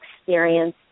experience